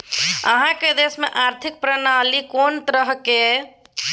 अहाँक देश मे आर्थिक प्रणाली कोन तरहक यै?